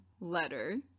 letter